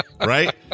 right